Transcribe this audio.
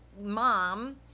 mom